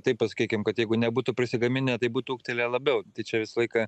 taip pasakykim kad jeigu nebūtų prisigaminę tai būtų ūgtelėję labiau tai čia visą laiką